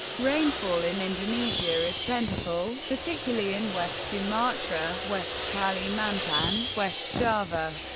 rainfall in indonesia is plentiful, particularly in west sumatra, west kalimantan, west java,